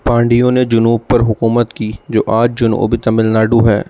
پانڈیوں نے جنوب پر حکومت کی جو آج جنوب تمل ناڈو ہے